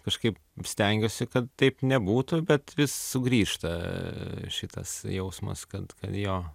kažkaip stengiuosi kad taip nebūtų bet vis sugrįžta šitas jausmas kad jo